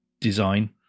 design